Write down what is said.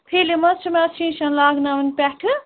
film حظ چھِ مےٚ اَتھ شیٖشَن لاگٕنہ ناوٕنۍ پٮ۪ٹھٕ